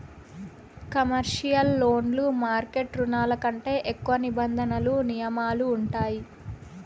commercial లోన్లు market రుణాల కంటే ఎక్కువ నిబంధనలు నియమాలు ఉంటాయి